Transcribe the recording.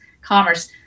commerce